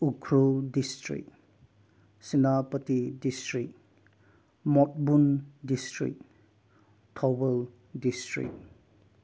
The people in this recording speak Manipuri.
Ukhrul district Senapati district Motbung district Thoubal district